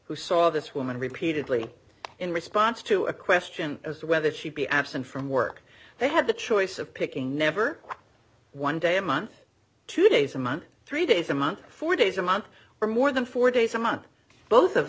who saw this woman repeatedly in response to a question as to whether she'd be absent from work they had the choice of picking never one day a month two days a month three days a month four days a month or more than four days a month both of